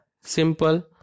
simple